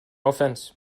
offense